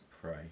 pray